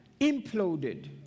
imploded